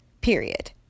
period